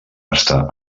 està